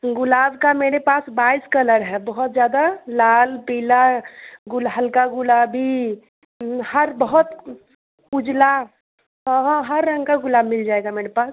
गुलाब का मेरे पास बाईस कलर है बहुत ज़्यादा लाल पीला गुल हल्का गुलाबी हर बहुत उजला हाँ हर रंग का गुलाब मिल जाएगा मेरे पास